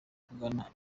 kugana